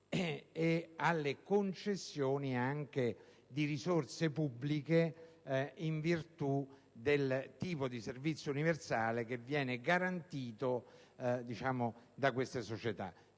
e alle concessioni anche di risorse pubbliche in virtù del tipo di servizio universale che viene garantito da queste società.